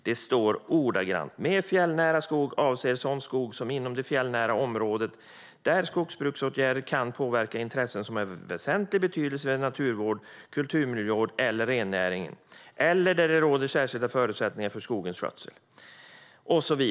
Det står ordagrant: "Med fjällnära skog avses sådan skog inom det fjällnära området där skogsbruksåtgärder kan påverka intressen som är av väsentlig betydelse för naturvården, kulturmiljövården eller rennäringen, eller det råder särskilda förutsättningar för skogens skötsel."